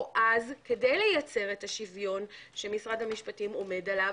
או אז כדי לייצר את השוויון שמשרד המשפטים עומד עליו,